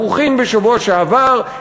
ברוכין בשבוע שעבר,